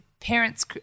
parents